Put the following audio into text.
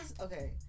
okay